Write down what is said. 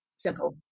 simple